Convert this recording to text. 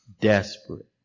desperate